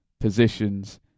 positions